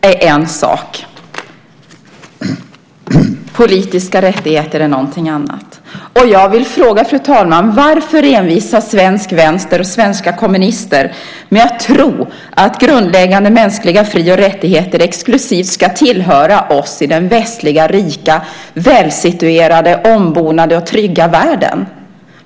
Fru talman! Fattigdom och hunger är en sak. Politiska rättigheter är något annat. Varför envisas, fru talman, svensk vänster och svenska kommunister med att tro att grundläggande mänskliga fri och rättigheter exklusivt ska tillhöra oss i den västliga, rika, välsituerade, ombonade och trygga världen?